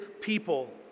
people